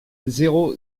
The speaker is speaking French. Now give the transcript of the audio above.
zéro